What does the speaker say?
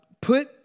put